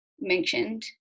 mentioned